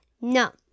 No